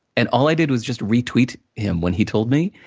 and all i did was just retweet him, when he told me.